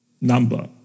number